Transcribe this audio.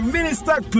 Minister